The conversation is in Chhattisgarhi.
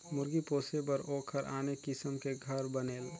मुरगी पोसे बर ओखर आने किसम के घर बनेल